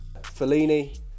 Fellini